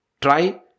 try